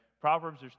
Proverbs